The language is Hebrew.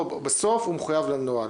בסוף, הוא מחויב לנוהל.